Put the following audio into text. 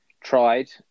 tried